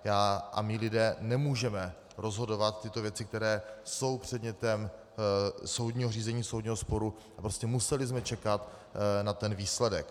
Já a mí lidé nemůžeme rozhodovat tyto věci, které jsou předmětem soudního řízení, soudního sporu, prostě jsme museli čekat na výsledek.